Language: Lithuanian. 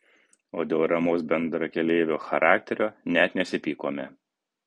o dėl ramaus bendrakeleivio charakterio net nesipykome